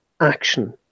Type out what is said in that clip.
action